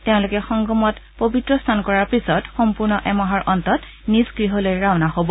তেওঁলোকে সংগমত পৱিত্ৰ স্নান কৰাৰ পিছত সম্পূৰ্ণ এমাহৰ অন্তত নিজ গৃহলৈ ৰাওনা হ'ব